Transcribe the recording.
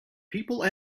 people